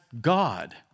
God